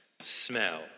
Smell